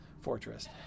fortress